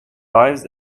lives